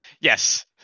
Yes